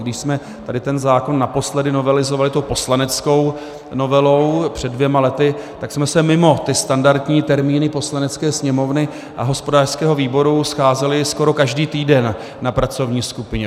Když jsme tady ten zákon naposledy novelizovali poslaneckou novelou před dvěma lety, tak jsme se mimo standardní termíny Poslanecké sněmovny a hospodářského výboru scházeli skoro každý týden na pracovní skupině.